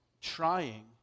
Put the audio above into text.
trying